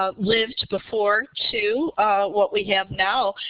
ah lived before to what we have now,